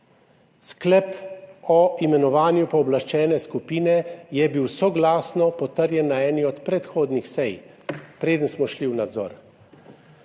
Sklep o imenovanju pooblaščene skupine je bil soglasno potrjen na eni od predhodnih sej, preden smo šli v nadzor.